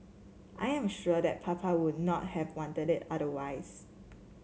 I am sure that Papa would not have wanted it otherwise